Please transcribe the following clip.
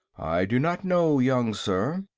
i do not know, young sir.